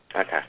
Okay